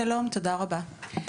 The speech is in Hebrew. שלום, תודה רבה.